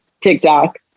tiktok